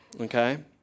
Okay